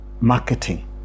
marketing